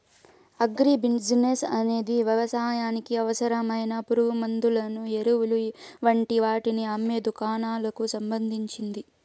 agri business అనేది వ్యవసాయానికి అవసరమైన పురుగుమండులను, ఎరువులు వంటి వాటిని అమ్మే దుకాణాలకు సంబంధించింది